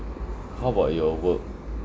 how about your work